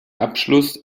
abschluss